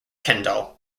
kendal